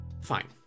Fine